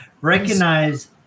recognize